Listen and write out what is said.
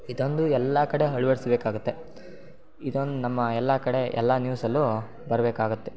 ಇದೊಂದು ಎಲ್ಲ ಕಡೆ ಅಳ್ವಡ್ಸ್ಬೇಕಾಗತ್ತೆ ಇದೊಂದು ನಮ್ಮ ಎಲ್ಲ ಕಡೆ ಎಲ್ಲ ನ್ಯೂಸಲ್ಲು ಬರಬೇಕಾಗತ್ತೆ